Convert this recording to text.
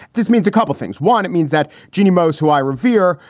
this means a couple of things. one, it means that genea most who i revere,